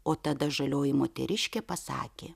o tada žalioji moteriškė pasakė